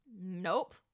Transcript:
Nope